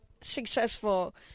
successful